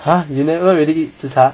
!huh! you never really eat zi char